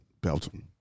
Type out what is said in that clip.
Belgium